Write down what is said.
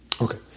Okay